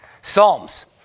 Psalms